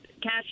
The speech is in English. cash